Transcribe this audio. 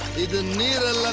the the needle and